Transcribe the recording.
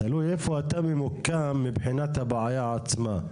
תלוי איפה אתה ממוקם מבחינת הבעיה עצמה.